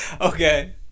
okay